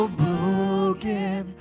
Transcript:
broken